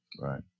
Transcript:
Right